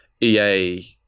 EA